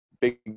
big